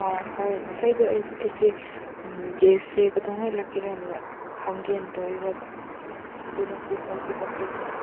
ꯑꯥ ꯍꯣꯏ ꯉꯁꯥꯏꯗꯣ ꯑꯩꯁꯦ ꯒ꯭ꯌꯥꯁꯦ ꯀꯩꯗꯧꯉꯩ ꯂꯥꯛꯀꯦꯔꯥꯅ ꯍꯪꯒꯦꯅ ꯇꯧꯋꯦꯕ ꯑꯗꯨ ꯅꯪꯗꯤ ꯐꯣꯟ ꯄꯤꯛ ꯑꯞ ꯇꯧꯗꯦꯅꯦ